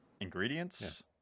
ingredients